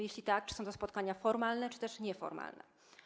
Jeśli tak, czy są to spotkania formalne czy też nieformalne?